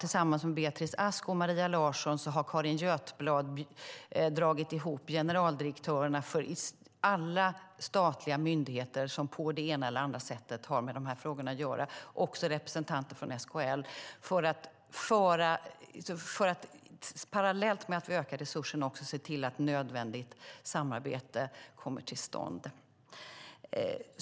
Tillsammans med Beatrice Ask och Maria Larsson har hon dragit ihop generaldirektörerna för alla statliga myndigheter som på det ena eller andra sättet har med dessa frågor att göra, och även representanter för SKL, för att parallellt med att vi ökar resurserna också se till att nödvändigt samarbete kommer till stånd.